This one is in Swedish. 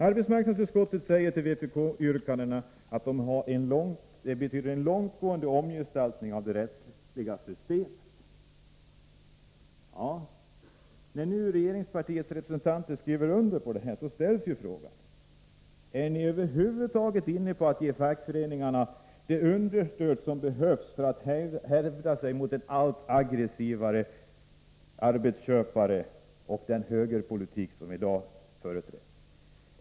Arbetsmarknadsutskottet säger att vpk-yrkandena betyder en långtgående omgestaltning av det rättsliga systemet. När nu regeringspartiets repre 27 sentanter skriver under på detta ställer jag mig frågan: Är ni över huvud taget inne på att ge fackföreningarna det understöd som behövs för att de skall kunna hävda sig mot allt aggressivare arbetsköpare och företrädare för dagens högerpolitik?